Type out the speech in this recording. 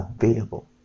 available